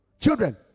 children